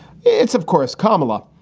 it's of course, comilla,